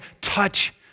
touch